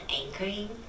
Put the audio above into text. anchoring